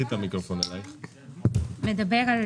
מדבר על